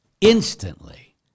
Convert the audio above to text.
Instantly